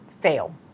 fail